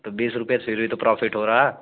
तो बीस रुपया फिर भी तो प्राॅफिट हो रहा